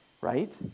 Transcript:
right